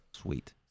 Sweet